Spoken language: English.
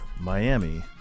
Miami